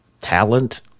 talent